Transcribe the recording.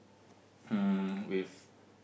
um with